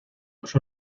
los